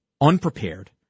unprepared